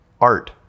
art